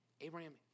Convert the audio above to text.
Abraham